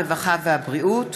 הרווחה והבריאות,